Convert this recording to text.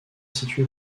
situé